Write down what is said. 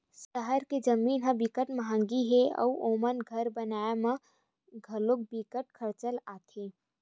सहर के जमीन ह बिकट मंहगी हे अउ ओमा घर बनाए म घलो बिकट खरचा आथे